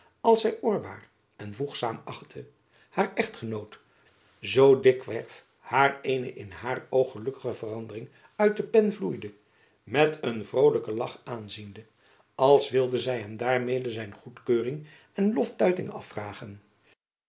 als zy oirbaar en voegzaam achtte haar echtgenoot zoo dikwerf haar eene in haar oog gelukkige verandering uit jacob van lennep elizabeth musch de pen vloeide met een vrolijken lach aanziende als wilde zy hem daarmede zijn goedkeuring en loftuiging afvragen